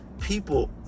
people